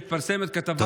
מתפרסמת כתבה,